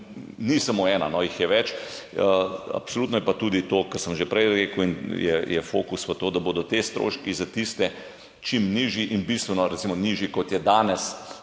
ni samo ena, jih je več. Absolutno je pa tudi to, kar sem že prej rekel, da je fokus v to, da bodo ti stroški za tiste čim nižji in bistveno nižji, kot je danes